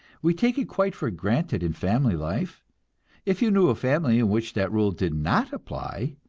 we take it quite for granted in family life if you knew a family in which that rule did not apply,